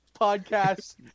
podcast